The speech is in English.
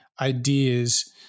ideas